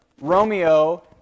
Romeo